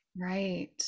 Right